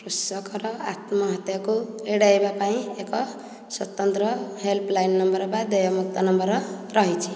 କୃଷକର ଆତ୍ମହତ୍ୟାକୁ ଏଡ଼େଇବା ପାଇଁ ଏକ ସ୍ୱତନ୍ତ୍ର ହେଲ୍ପ୍ ଲାଇନ୍ ନମ୍ବର୍ ବା ଦେୟମୁକ୍ତ ନମ୍ବର୍ ରହିଛି